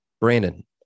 Brandon